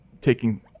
taking